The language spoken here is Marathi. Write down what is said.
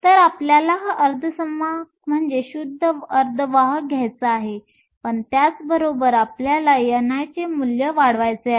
तर आपल्याला हा अर्धसंवाहक म्हणजे शुद्ध अर्धवाहक घ्यायचा आहे पण त्याचबरोबर आपल्याला ni चे मूल्य वाढवायचे आहे